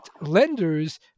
lenders